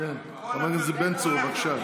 חבר הכנסת בן צור, בבקשה.